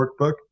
workbook